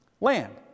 land